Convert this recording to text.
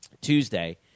Tuesday